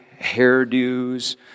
hairdos